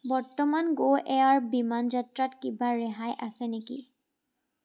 বৰ্তমান Go Air বিমান যাত্ৰাত কিবা ৰেহাই আছে নেকি